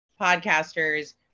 podcasters